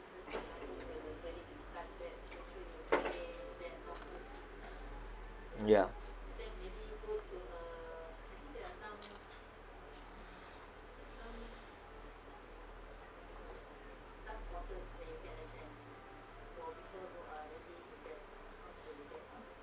mm ya